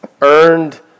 earned